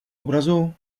obrazu